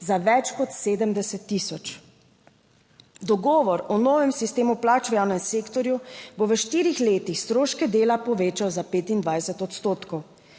za več kot 70 tisoč. Dogovor o novem sistemu plač v javnem sektorju bo v štirih letih stroške dela povečal za 25 odstotkov.